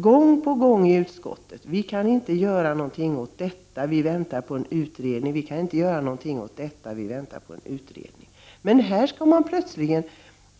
Gång på gång får man höra i utskottet: Vi kan inte göra någonting åt detta, vi väntar på en utredning. Men här skall man plötsligen